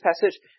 passage